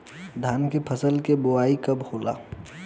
धान के फ़सल के बोआई कब होला?